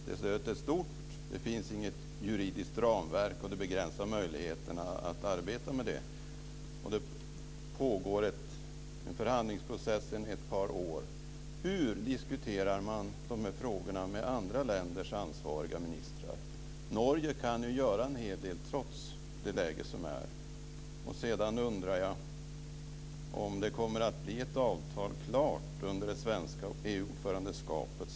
Stödet är stort. Det finns inget juridiskt ramverk, och det begränsar möjligheterna att arbeta. Det pågår en förhandlingsprocess sedan ett par år. Hur diskuterar man de här frågorna med andra länders ansvariga ministrar? Norge kan göra en hel del trots det läge som är. Sedan undrar jag om det kommer att bli ett avtal klart under det svenska EU-ordförandeskapet.